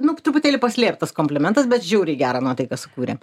nu truputėlį paslėptas komplimentas bet žiauriai gerą nuotaiką sukūrė